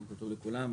בוקר טוב לכולם.